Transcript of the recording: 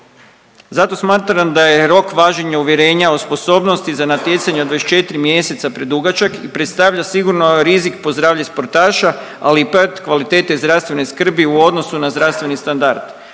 Zato smatram da je rok važenja uvjerenja o sposobnosti za natjecanja 24 mjeseca predugačak i predstavlja sigurno rizik po zdravlje sportaša, ali i pad kvalitete zdravstvene skrbi u odnosu na zdravstveni standard.